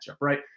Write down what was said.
right